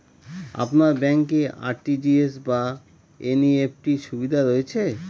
আপনার ব্যাংকে আর.টি.জি.এস বা এন.ই.এফ.টি র সুবিধা রয়েছে?